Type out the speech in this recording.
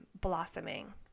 blossoming